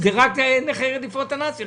הם רק נכי רדיפות הנאצים.